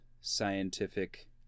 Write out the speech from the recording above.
scientific